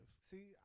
See